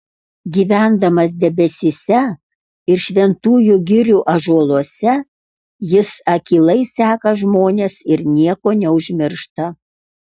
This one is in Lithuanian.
gyvendamas debesyse ir šventųjų girių ąžuoluose jis akylai seka žmones ir nieko neužmiršta